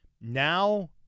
Now